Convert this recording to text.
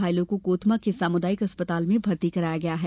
घायलों को कोतमा के सामुदायिक अस्पताल में भर्ती कराया गया है